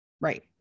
right